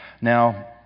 Now